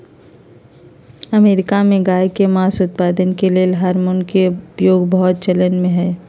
America में गायके मास उत्पादन के लेल हार्मोन के उपयोग बहुत चलनमें हइ